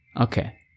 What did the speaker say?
Okay